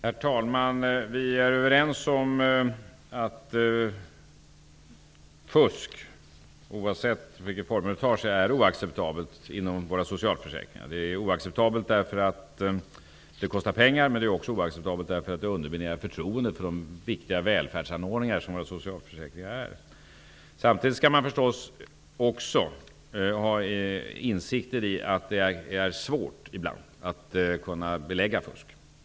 Herr talman! Vi är överens om att fusk, oavsett vilka former det tar, är oacceptabelt inom våra socialförsäkringar, eftersom det kostar pengar och dessutom underminerar förtroendet för de viktiga välfärdsanordningar som våra socialförsäkringar utgör. Samtidigt skall man inse att det ofta är svårt att kunna belägga fusk.